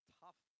tough